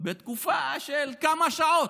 בתקופה של כמה שעות,